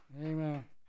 Amen